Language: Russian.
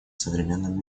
современном